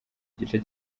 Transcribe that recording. gice